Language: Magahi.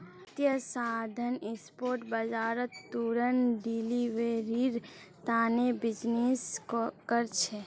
वित्तीय साधन स्पॉट बाजारत तुरंत डिलीवरीर तने बीजनिस् कर छे